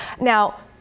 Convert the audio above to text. Now